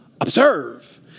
observe